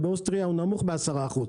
באוסטריה הוא נמוך ב-10%.